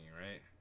right